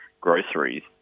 groceries